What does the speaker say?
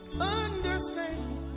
understand